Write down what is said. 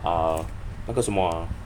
uh 那个什么 uh